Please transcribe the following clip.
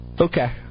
Okay